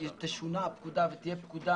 הוועדה הציעה שתשונה הפקודה ותהיה פקודה